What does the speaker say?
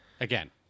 again